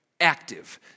active